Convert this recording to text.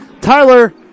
Tyler